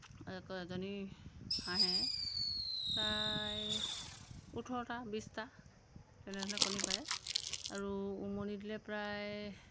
কয় এজনী হাঁহে প্ৰায় ওঠৰটা বিছটা তেনেধৰণে কণী পাৰে আৰু উমনি দিলে প্ৰায়